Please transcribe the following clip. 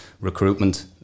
recruitment